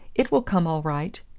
it will come all right.